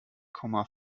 komma